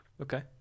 Okay